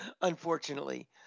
unfortunately